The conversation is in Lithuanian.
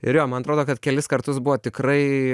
ir jo man atrodo kad kelis kartus buvo tikrai